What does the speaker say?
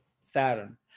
saturn